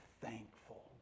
thankful